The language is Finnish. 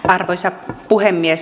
arvoisa puhemies